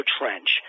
Trench